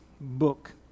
book